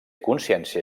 consciència